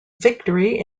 victory